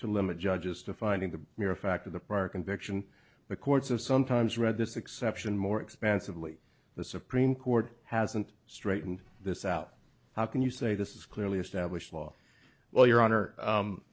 to limit judges to finding the mere fact of the prior conviction the courts of sometimes read this exception more expansively the supreme court hasn't straighten this out how can you say this is clearly established law well your honor